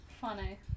Funny